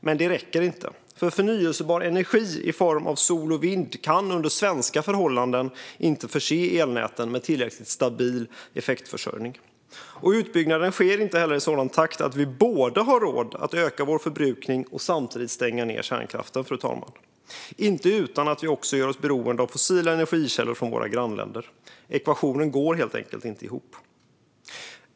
Men det räcker inte, för förnybar energi i form av sol och vind kan under svenska förhållanden inte förse elnäten med tillräckligt stabil effektförsörjning. Utbyggnaden sker inte heller i sådan takt att vi har råd att öka vår förbrukning och samtidigt stänga ned kärnkraften, fru talman, inte utan att vi också gör oss beroende av fossila energikällor från våra grannländer. Ekvationen går helt enkelt inte ihop.